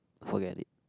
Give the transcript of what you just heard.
forget it